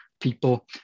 people